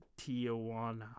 Tijuana